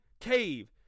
Cave